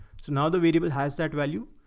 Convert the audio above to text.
so now the variable has that value.